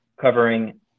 covering